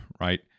right